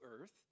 earth